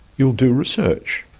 you will do research